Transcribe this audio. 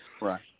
Right